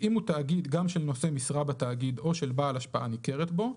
ואם הוא תאגיד גם של נושא משרה בתאגיד או של בעל השפעה ניכרת בו,